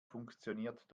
funktioniert